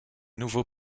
nouveau